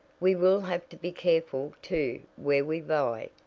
we will have to be careful, too, where we buy,